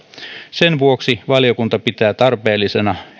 sen vuoksi valiokunta pitää tarpeellisena